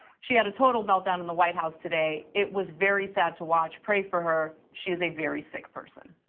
she had a total meltdown in the white house today. it was very sad to watch. pray for her, she is a very sick person.